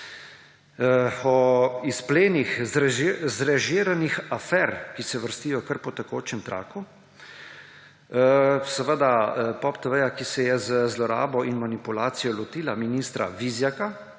o izplenih zrežiranih afer, ki se vrstijo kar po tekočem traku – seveda POP TV, ki se je z zlorabo in manipulacijo lotila ministra Vizjaka